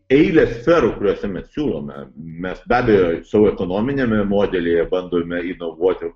eilę sferų kuriose mes siūlome mes be abejo savo ekonominiame modelyje bandome inovuoti